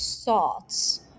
thoughts